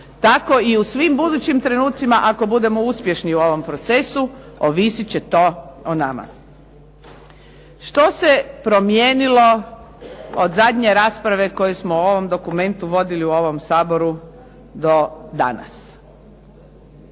tako i u svim budućim trenutcima ako budemo uspješni u ovom procesu, ovisit će to o nama. Što se promijenilo od zadnje rasprave koju smo o ovom dokumentu vodili u ovom Saboru, do danas?